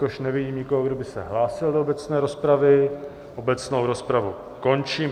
Jelikož nevidím nikoho, kdo by se hlásil do obecné rozpravy, obecnou rozpravu končím.